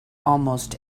almost